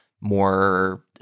more